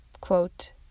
Quote